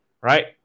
right